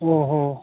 ꯑꯣꯍꯣ